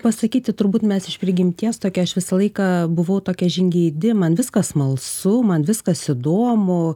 pasakyti turbūt mes iš prigimties tokie aš visą laiką buvau tokia žingeidi man viskas smalsu man viskas įdomu